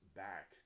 back